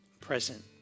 present